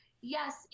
yes